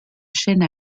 chaîne